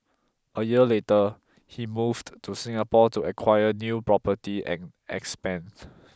a year later he moved to Singapore to acquire new property and expand